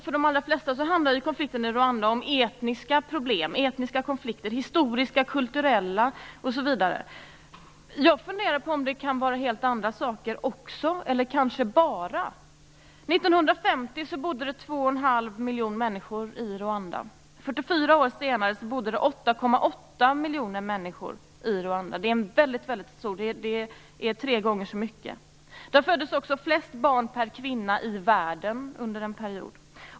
För de allra flesta handlar konflikten i Rwanda om etniska, historiska och kulturella problem. Jag funderar på om det kan vara helt andra saker också, eller kanske bara andra saker. Rwanda. 44 år senare bodde det 8,8 miljoner människor i Rwanda. Det är tre gånger så många. Där föddes också flest barn per kvinna i världen under en period.